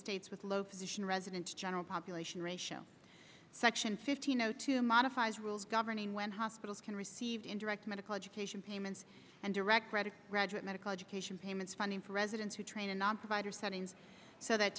states with low position residents general population ratio section fifteen zero two modified rules governing when hospitals can receive indirect medical education payments and direct credits graduate medical education payments funding for residents who trained in on provider settings so that